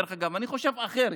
דרך אגב, אני חושב אחרת.